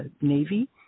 Navy